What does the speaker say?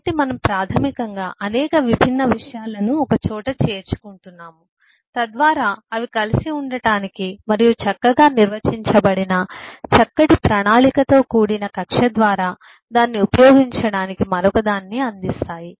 కాబట్టి మనము ప్రాథమికంగా అనేక విభిన్న విషయాలను ఒకచోట చేర్చుకుంటున్నాము తద్వారా అవి కలిసి ఉండటానికి మరియు చక్కగా నిర్వచించబడిన చక్కటి ప్రణాళికతో కూడిన కక్ష్య ద్వారా దాన్ని ఉపయోగించటానికి మరొకదాన్ని అందిస్తాయి